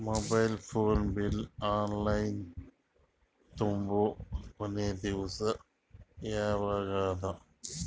Mobile phone bill online ತುಂಬೊ ಕೊನಿ ದಿವಸ ಯಾವಗದ?